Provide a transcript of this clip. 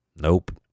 Nope